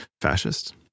fascist